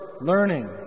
learning